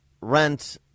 rent